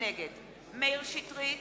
נגד מאיר שטרית,